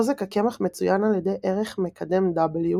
חוזק הקמח מצוין על ידי ערך "מקדם W"